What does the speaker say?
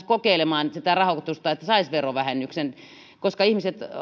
kokeilemaan sitä rahoitusta että saisi verovähennyksen koska ihmiset